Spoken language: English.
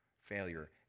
failure